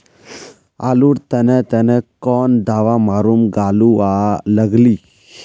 आलूर तने तने कौन दावा मारूम गालुवा लगली?